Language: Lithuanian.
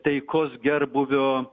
taikos gerbūvio